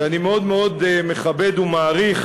שאני מאוד מאוד מכבד ומעריך,